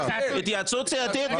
התייעצות סיעתית.